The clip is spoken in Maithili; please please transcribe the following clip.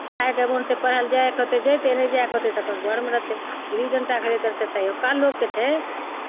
खाइके मोन होतै पढ़य लेल जायके होतै जयतै नहि जाइके होतै तऽ अपन घरमे रहतै गुल्ली डण्टा खेलैत रहतै तहियुका लोगके छै